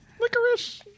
licorice